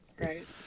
right